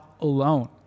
alone